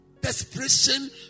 Desperation